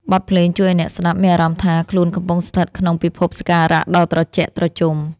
បទភ្លេងជួយឱ្យអ្នកស្ដាប់មានអារម្មណ៍ថា ខ្លួនកំពុងស្ថិតក្នុងពិភពសក្ការៈដ៏ត្រជាក់ត្រជុំ។